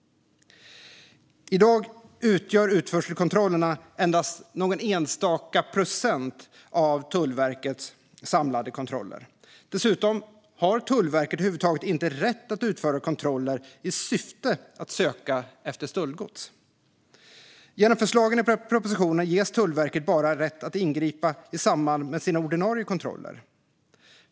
I dag utgör utförselkontrollerna endast någon enstaka procent av Tullverkets samlade kontroller. Dessutom har Tullverket över huvud taget inte rätt att utföra kontroller i syfte att söka efter stöldgods. Genom förslagen i propositionen ges Tullverket bara rätt att ingripa i samband med sina ordinarie kontroller.